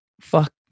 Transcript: Fuck